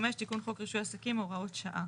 75. תיקון חוק רישוי עסקים, הוראות שעה.